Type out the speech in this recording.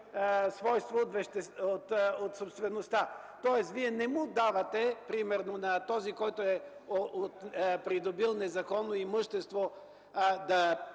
свойства от собствеността. Тоест вие не давате на този, който е придобил незаконно имущество,